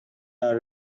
are